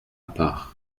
part